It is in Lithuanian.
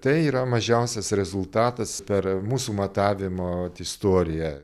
tai yra mažiausias rezultatas per mūsų matavimo istoriją